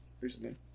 recently